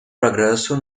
прогрессу